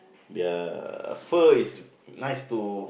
their fur is nice to